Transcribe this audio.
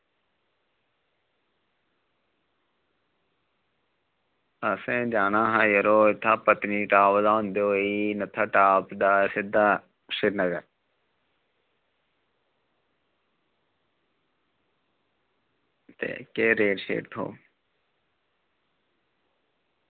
असें जाना हा यरो इत्थूं पत्नीटॉप दा होंदे होई नत्थाटॉप दा सिद्धा श्रीनगर ते केह् रेट होग